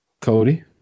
Cody